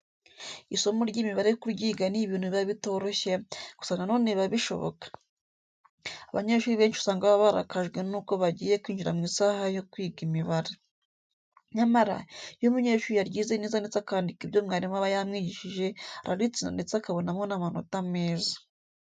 Isomo ry'imibare kuryiga ni ibintu biba bitoroshye, gusa na none biba bishoboka. Abanyeshuri benshi usanga baba barakajwe nuko bagiye kwinjira mu isaha yo kwiga imibare. Nyamara, iyo umunyeshuri yaryize neza ndetse akandika ibyo mwarimu aba yamwigishije, araritsinda ndetse akabonamo n'amanota meza.